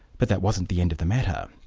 but that wasn't the end of the matter.